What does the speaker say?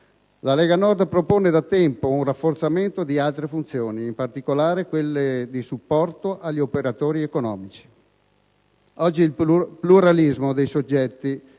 la Lega Nord propone da tempo un rafforzamento di altre funzioni, in particolare quelle di supporto agli operatori economici. Oggi il pluralismo dei soggetti